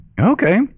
Okay